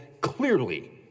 clearly